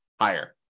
higher